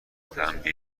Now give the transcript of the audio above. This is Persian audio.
تنبیه